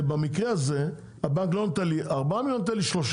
ובמקרה הזה הבנק לא נותן לי 4 מיליון ₪ אלא 3